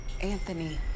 anthony